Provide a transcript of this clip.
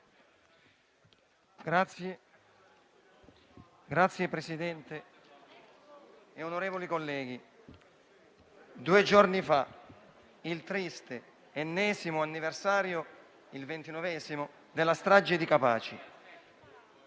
Signor Presidente, onorevoli colleghi, due giorni fa è stato il triste ennesimo anniversario (il ventinovesimo) della strage di Capaci